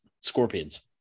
scorpions